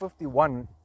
51